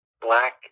black